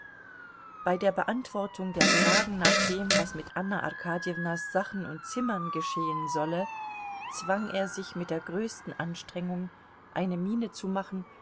bei der beantwortung der fragen nach dem was mit anna arkadjewnas sachen und zimmern geschehen solle zwang er sich mit der größten anstrengung eine miene zu machen